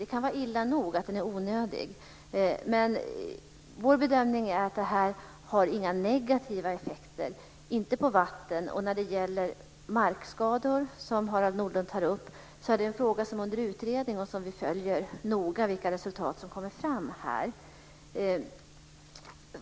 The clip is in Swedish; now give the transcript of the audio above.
Det kan vara illa nog att kalkningen är onödig, men vår bedömning är att detta inte har några negativa effekter på vatten. Den fråga om markskador som Harald Nordlund tar upp är en fråga som är under utredning, och vi följer noga vilka resultat som kommer fram där.